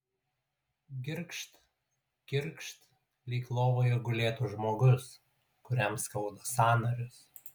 girgžt girgžt lyg lovoje gulėtų žmogus kuriam skauda sąnarius